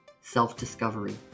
self-discovery